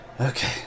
Okay